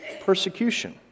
persecution